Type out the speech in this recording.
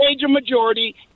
majority